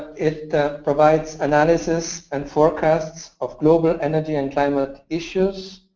it provides analysis and forecasts of global energy and climate issues.